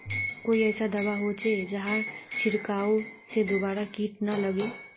कोई ऐसा दवा होचे जहार छीरकाओ से दोबारा किट ना लगे?